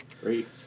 Great